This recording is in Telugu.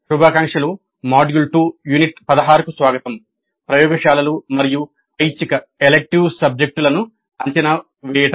శుభాకాంక్షలు మాడ్యూల్ 2 యూనిట్ 16 కు స్వాగతం ప్రయోగశాలలు మరియు ఐచ్ఛిక సబ్జెక్టులను అంచనా వేయడం